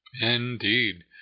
Indeed